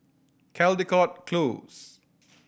Caldecott Close